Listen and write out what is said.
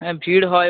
হ্যাঁ ভিড় হয়